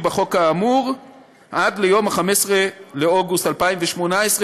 בחוק האמור עד ליום 15 באוגוסט 2018,